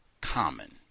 common